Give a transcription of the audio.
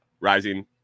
rising